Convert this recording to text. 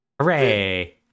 Hooray